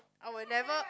I will never